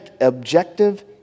objective